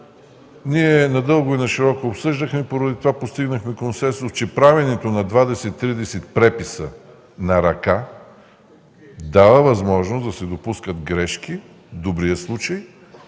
Надълго и нашироко обсъждахме и поради това постигнахме консенсус, че правенето на 20-30 преписа на ръка дава възможност да се допускат грешки в добрия случай